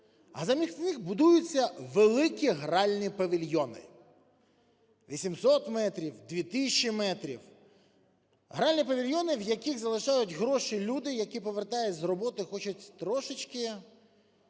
а замість них будуються великі гральні павільйони – 800 метрів, дві тисячі метрів, гральні павільйони, в яких залишають гроші люди, які, повертаючись з роботи, хочуть трошечки